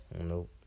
Nope